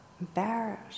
embarrassed